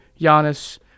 Giannis